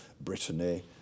Brittany